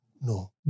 No